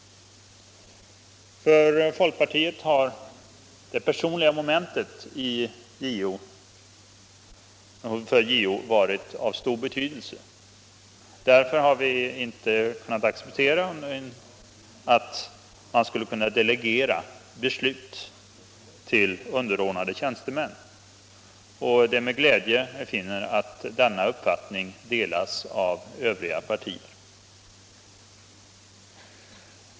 För folkpartiet har det personliga momentet i JO-ämbetet varit av stor betydelse. Därför har vi inte kunnat acceptera att beslut skulle kunna delegeras till underordnade tjänstemän, och det är med glädje vi finner att denna uppfattning delas av övriga partier.